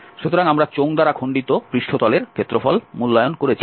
সুতরাং আমরা চোঙ দ্বারা খন্ডিত পৃষ্ঠতলের ক্ষেত্রফল মূল্যায়ন করেছি